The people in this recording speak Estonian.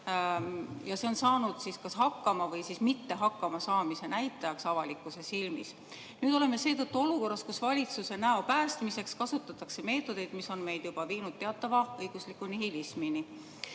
Ja see on saanud hakkama‑ või mittehakkamasaamise näitajaks avalikkuse silmis. Nüüd oleme seetõttu olukorras, kus valitsuse näo päästmiseks kasutatakse meetodeid, mis on meid juba viinud teatava õigusliku nihilismini.